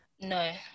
No